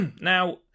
Now